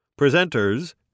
Presenters